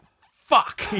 fuck